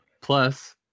plus